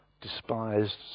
despised